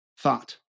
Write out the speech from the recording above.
Thought